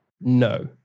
No